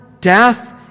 death